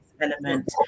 element